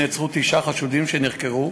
נעצרו תשעה חשודים, נחקרו,